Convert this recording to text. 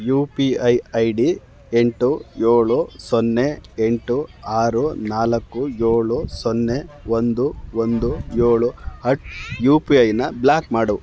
you P I I D ಎಂಟು ಏಳು ಸೊನ್ನೆ ಎಂಟು ಆರು ನಾಲ್ಕು ಏಳು ಸೊನ್ನೆ ಒಂದು ಒಂದು ಏಳು ಅಟ್ ಯು ಪಿ ಐನ ಬ್ಲಾಕ್ ಮಾಡು